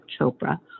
Chopra